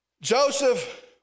Joseph